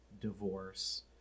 divorce